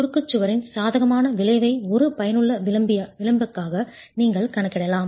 குறுக்கு சுவரின் சாதகமான விளைவை ஒரு பயனுள்ள விளிம்பாக நீங்கள் கணக்கிடலாம்